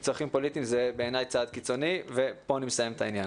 לצרכים פוליטיים זה צעד קיצוני בעיניי ופה אני מסיים את העניין